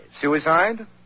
Suicide